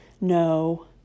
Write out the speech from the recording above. no